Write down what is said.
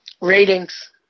Ratings